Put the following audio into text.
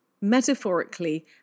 metaphorically